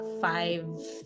five